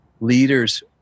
leaders